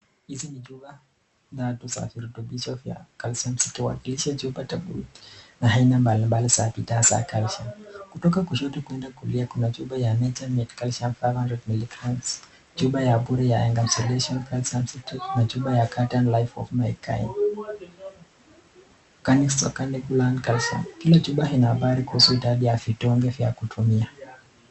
Hizi ni chupa tatu za virutubisho vya calcium zikiwakilisha chupa tofauti na aina mbalimbali za bidhaa za calcium . Kutoka kushoto kwenda kulia kuna chupa ya Nature Made Calcium 500 mg , chupa ya Pure Encapsulations Calcium Citrate , na chupa ya Garden of Life MyKind Organics Plant Calcium . Kila chupa ina habari kuhusu idadi ya vidonge vya kutumia.